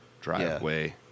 driveway